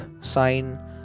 sign